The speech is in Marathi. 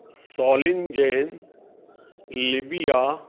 सॉलींजैन लिबिया